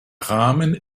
rahmen